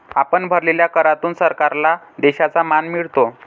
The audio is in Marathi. आपण भरलेल्या करातून सरकारला देशाचा मान मिळतो